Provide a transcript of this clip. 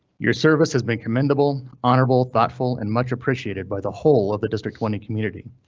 your service has been commendable, honorable, thoughtful, and much appreciated by the whole of the district twenty community.